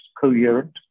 coherent